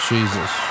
Jesus